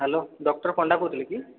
hello doctor Panda କହୁଥିଲେ କି